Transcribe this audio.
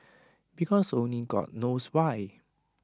because only God knows why